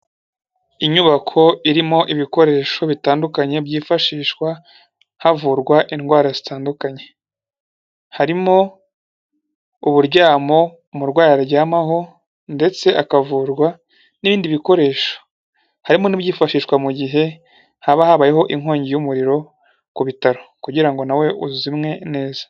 Inyubako irimo ibikoresho bitandukanye byifashishwa havurwa indwara zitandukanye, harimo uburyamo umurwayi aryamaho, ndetse akavurwa n'ibindi bikoresho, harimo n'ibyifashishwa mu gihe haba habayeho inkongi y'umuriro ku bitaro, kugira ngo na we uzimwe neza.